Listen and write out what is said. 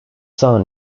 son